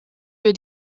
wir